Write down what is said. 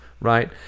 Right